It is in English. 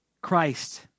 Christ